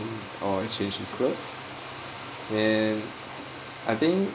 or change his clothes and I think